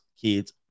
kids